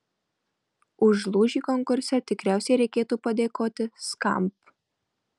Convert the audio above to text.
už lūžį konkurse tikriausiai reikėtų padėkoti skamp